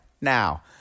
Now